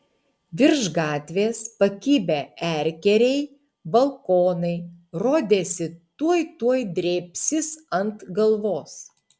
virš gatvės pakibę erkeriai balkonai rodėsi tuoj tuoj drėbsis ant galvos